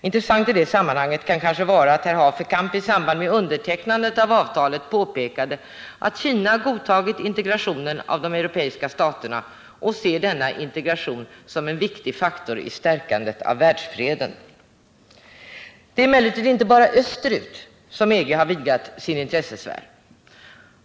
Intressant i det sammanhanget kan kanske vara att herr Haferkamp i samband med undertecknandet av avtalet påpekade att Kina har godtagit integrationen av de europeiska staterna och ser denna integration såsom en viktig faktor i stärkandet av världsfreden. Det är emellertid inte bara österut som EG har vidgat sin intressesfär.